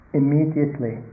immediately